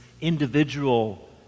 individual